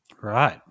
Right